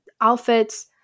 outfits